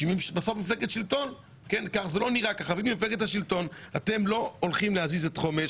שהיא בסוף מפלגת שלטון זה לא נראה ככה - אתם לא הולכים להזיז את חומש,